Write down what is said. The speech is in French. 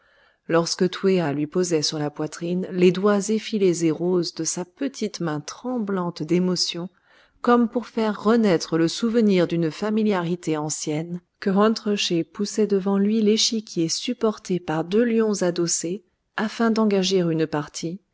lorsque twéa lui posait sur la poitrine les doigts effilés et roses de sa petite main tremblante d'émotion comme pour faire renaître le souvenir d'une familiarité ancienne que hont reché poussait devant lui l'échiquier supporté par deux lions adossés afin d'engager une partie